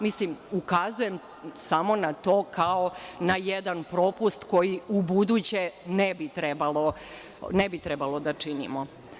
Mislim, ukazujem samo na to kao na jedan propust koji u buduće ne bi trebalo da činimo.